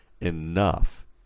enough